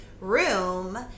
room